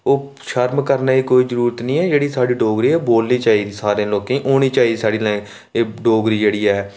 ओह् शर्म करने दी कोई जरूरत निं ऐ कि जेह्ड़ी साढ़ी डोगरी ओह् बोलना चाहिदी सारें लोकें गी औनी चाहिदी साढ़ी लैंग्वेज़ एह् डोगरी जेह्ड़ी ऐ